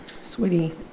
sweetie